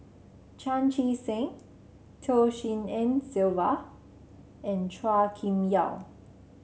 Chan Chee Seng Tshin En Sylvia and Chua Kim Yeow